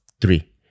three